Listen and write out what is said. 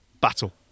battle